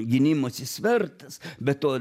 gynimosi svertas be to